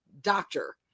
doctor